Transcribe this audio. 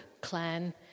clan